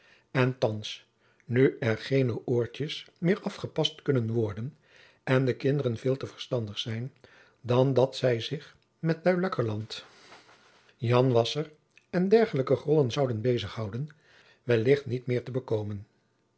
en thands nu er geene oortjens meer afgepast kunnen worden en de kinderen veel te verstandig zijn dan dat zij zich met luilekkerland jan de wasscher en dergelijke grollen zouden bezig houden wellicht niet meer te bekomen